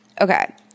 Okay